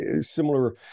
similar